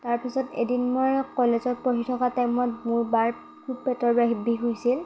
তাৰপিছত এদিন মই কলেজত পঢ়ি থকা টাইমত মোৰ বাৰ খুব পেটৰ বিষ হৈছিল